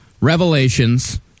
Revelations